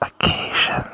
occasion